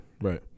Right